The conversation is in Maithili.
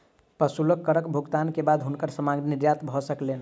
प्रशुल्क करक भुगतान के बाद हुनकर सामग्री निर्यात भ सकलैन